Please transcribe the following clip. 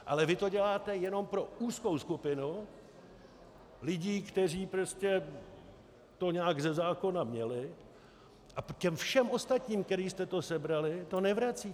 Ale vy to děláte jenom pro úzkou skupinu lidí, kteří prostě to nějak ze zákona měli, a těm všem ostatním, kterým jste to sebrali, to nevracíte.